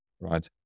right